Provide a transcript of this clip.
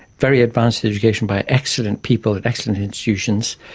very advanced education by excellent people at excellent institutions,